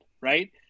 Right